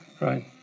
right